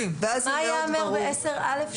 מה ייאמר ב-10(א)?